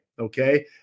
okay